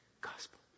gospel